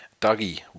Dougie